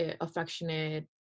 affectionate